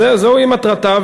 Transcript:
זוהי מטרתה,